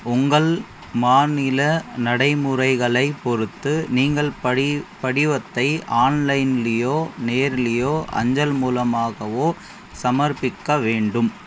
உங்கள் மாநில நடைமுறைகளைப் பொறுத்து நீங்கள் படி படிவத்தை ஆன்லைன்லையோ நேர்லையோ அஞ்சல் மூலமாகவோ சமர்ப்பிக்க வேண்டும்